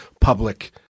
public